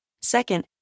Second